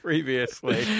Previously